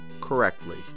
correctly